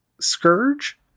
scourge